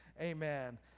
amen